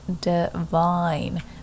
divine